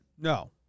No